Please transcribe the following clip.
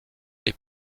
les